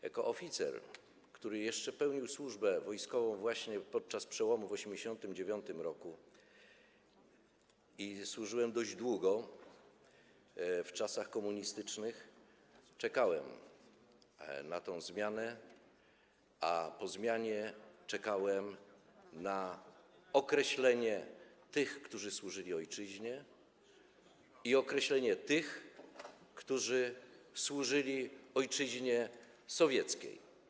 Jako oficer, który jeszcze pełnił służbę wojskową właśnie podczas przełomu w 1989 r. i służył dość długo w czasach komunistycznych, czekałem na tę zmianę, a po zmianie czekałem na określenie tych, którzy służyli ojczyźnie, i określenie tych, którzy służyli ojczyźnie sowieckiej.